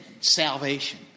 salvation